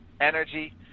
energy